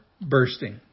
bursting